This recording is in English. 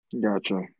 Gotcha